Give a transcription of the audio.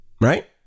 right